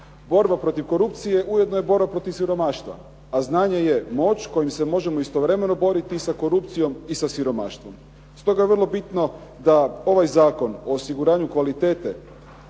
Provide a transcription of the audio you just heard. Borba protiv korupcije ujedno je borba protiv siromaštva. A znanje je moć kojim se možemo istovremeno boriti sa korupcijom i sa siromaštvom. Stoga je vrlo bitno da ovaj Zakon o osiguranju kvalitete